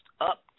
up